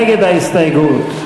נגד ההסתייגות.